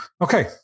Okay